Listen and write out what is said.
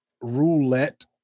roulette –